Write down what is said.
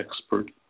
expert